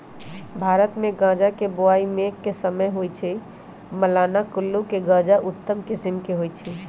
भारतमे गजा के बोआइ मेघ के समय होइ छइ, मलाना कुल्लू के गजा उत्तम किसिम के होइ छइ